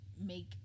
make